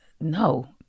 No